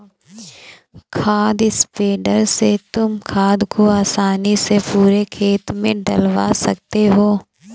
खाद स्प्रेडर से तुम खाद को आसानी से पूरे खेत में डलवा सकते हो